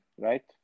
right